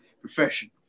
profession